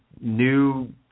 new